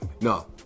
No